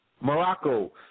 Morocco